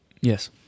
Yes